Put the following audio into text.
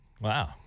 Wow